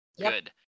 Good